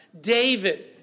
David